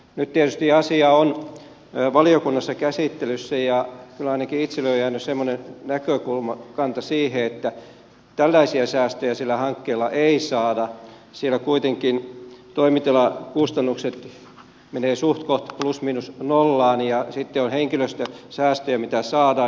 nyt asia on valiokunnassa käsittelyssä ja kyllä ainakin itselleni on jäänyt semmoinen näkökanta siihen että tällaisia säästöjä sillä hankkeella ei saada sillä kuitenkin toimitilakustannukset menevät suhtkoht plus miinus nollaan ja sitten on henkilöstösäästöjä mitä saadaan